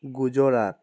Gujarat